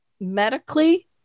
medically